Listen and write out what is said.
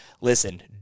listen